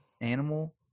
animal